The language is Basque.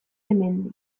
hemendik